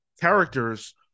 characters